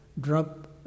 drop